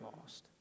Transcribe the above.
lost